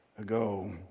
ago